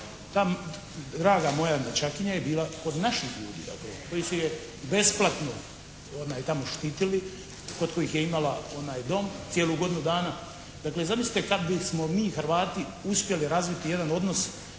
Ta draga moja nećakinja je bila kod naših ljudi, dakle koji su je besplatno tamo štitili, kod kojih je imala dom cijelu godinu dana. Dakle, zamislite kad bismo mi Hrvati uspjeli razviti jedan odnos